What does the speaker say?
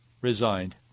resigned